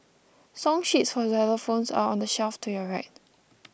song sheets for xylophones are on the shelf to your right